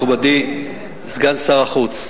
מכובדי סגן שר החוץ,